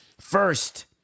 First